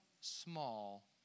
small